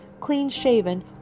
clean-shaven